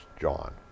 john